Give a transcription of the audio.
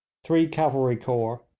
three cavalry corps,